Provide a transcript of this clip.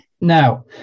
Now